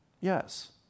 Yes